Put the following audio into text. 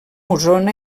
osona